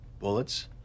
bullets